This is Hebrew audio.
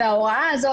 ההוראה הזו,